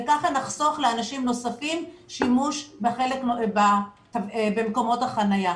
וככה נחסוך לאנשים נוספים שימוש במקומות החנייה.